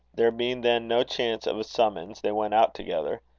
there being then no chance of a summons, they went out together.